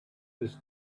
was